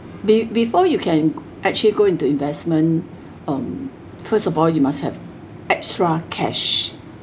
be~ before you can actually go into investment um first of all you must have extra cash